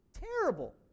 terrible